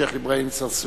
השיח' אברהים צרצור.